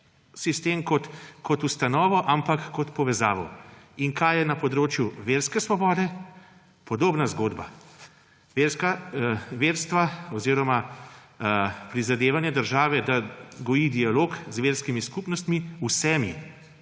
sistem kot ustanovo, ampak kot povezavo. In kaj je na področju verske svobode? Podobna zgodba. Verstva oziroma prizadevanja države, da goji dialog z verskimi skupnostmi, vsemi,